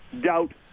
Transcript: doubt